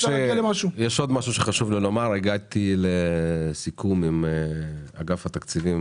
הגעתי לסיכום עם אגף התקציבים